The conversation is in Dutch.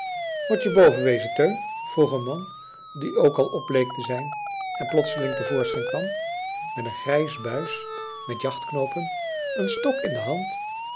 mot je boven wezen teun vroeg een man die ook al op bleek te zijn en plotseling te voorschijn kwam met een grijs buis met jachtknoopen een stok in de hand